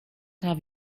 have